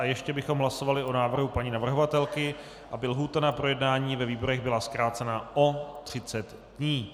Ještě bychom hlasovali o návrhu paní navrhovatelky, aby lhůta na projednání ve výborech byla zkrácena o 30 dní.